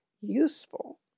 useful